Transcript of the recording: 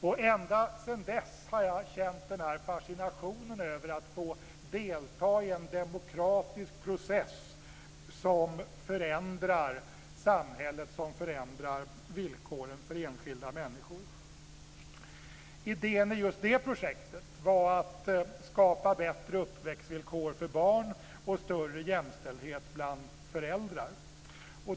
Ända sedan dess har jag känt den här fascinationen över att få delta i en demokratisk process som förändrar samhället och som förändrar villkoren för enskilda människor. Idén med just det projektet var att skapa bättre uppväxtvillkor för barn och större jämställdhet bland föräldrar.